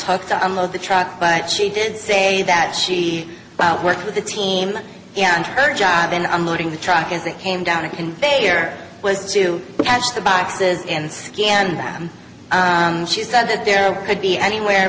took to unload the truck but she did say that she worked with the team and her job in unloading the truck as it came down a conveyor was to catch the boxes and scan them she said that there could be anywhere